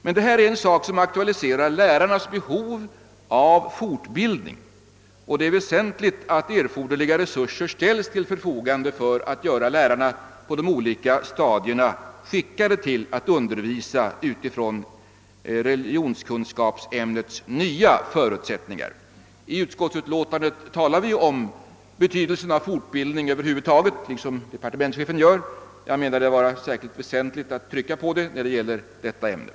Detta är en sak som aktualiserar lärarnas behov av fortbildning, och det är väsentligt att erforderliga resurser ställs till förfogande för att göra lärarna på de olika stadierna skickade att undervisa eleverna utifrån religionskunskapsämnets nya förutsättningar. I utskottsutlåtandet talar vi om betydelsen av fortbildning över huvud taget — liksom departementschefen gör. Jag anser det vara särskilt väsentligt att trycka på den saken när det gäller detta ämne.